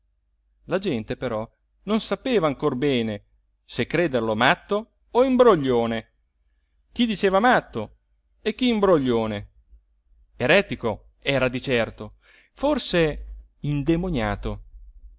la gente però non sapeva ancor bene se crederlo matto o imbroglione chi diceva matto e chi imbroglione eretico era di certo forse indemoniato